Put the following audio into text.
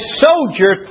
soldier